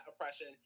oppression